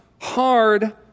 hard